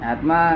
Atma